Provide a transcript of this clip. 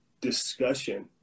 discussion